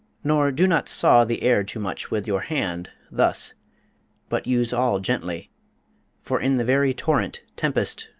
nor do not saw the air too much with your hand, thus but use all gently for in the very torrent, tempest,